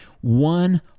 one